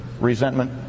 resentment